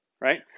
right